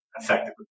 effectively